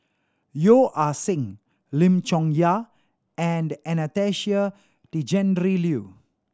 Yeo Ah Seng Lim Chong Yah and Anastasia Tjendri Liew